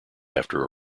after